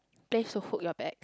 place to hook your bag